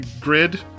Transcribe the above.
grid